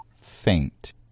faint